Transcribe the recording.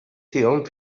zion